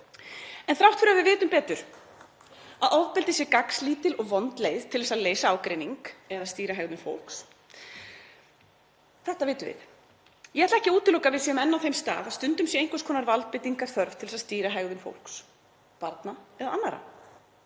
þrátt fyrir að við vitum betur, að ofbeldi sé gagnslítil og vond leið til þess að leysa ágreining eða stýra hegðun fólks — þetta vitum við. Ég ætla ekki að útiloka að við séum enn á þeim stað að stundum sé einhvers konar valdbeitingar þörf til að stýra hegðun fólks, barna eða annarra,